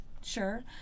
Sure